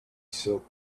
silk